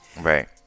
right